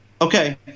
Okay